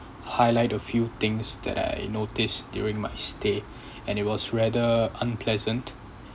highlight a few things that I notice during my stay and it was rather unpleasant